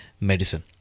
medicine